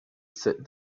sit